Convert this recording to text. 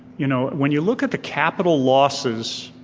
you know when you look at the capital losses